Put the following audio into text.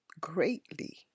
greatly